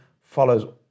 follows